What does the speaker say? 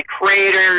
creators